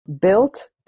Built